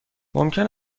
ممکن